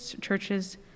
churches